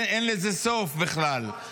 אין לזה סוף בכלל.